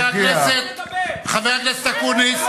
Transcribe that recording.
חבר הכנסת אקוניס,